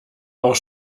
auch